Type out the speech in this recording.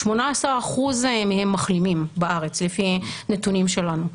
18% מהם מחלימים בארץ לפי נתונים שלנו,